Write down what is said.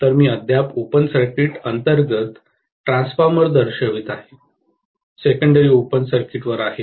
तर मी अद्याप ओपन सर्किट अंतर्गत ट्रान्सफॉर्मर दर्शवित आहे सेकंडेरी ओपन सर्किट वर आहे